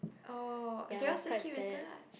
oh do you'll still keep in touch